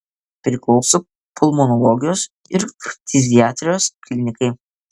priklauso pulmonologijos ir ftiziatrijos klinikai